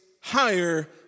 higher